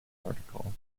article